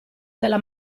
della